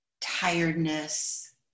tiredness